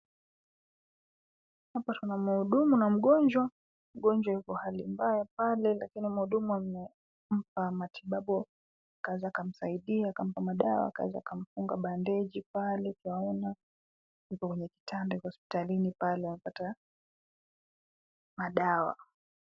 Hapa tuna mhudumu na mgonjwa. Mgonjwa yupo hali mbaya pale lakini mhudumu anampa matibabu kadhaa akamsaidia akampa dawa, akamfunga bandeji. Yupo kwenye kitanda yupo hospitalini pale apata madawa.